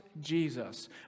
Jesus